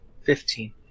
Fifteen